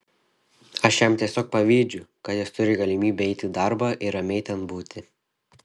aš jam tiesiog pavydžiu kad jis turi galimybę eiti į darbą ir ramiai ten būti